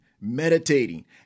meditating